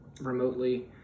remotely